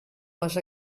les